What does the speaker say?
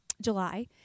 July